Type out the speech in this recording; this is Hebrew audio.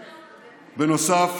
ובנוסף,